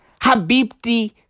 Habibti